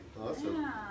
Awesome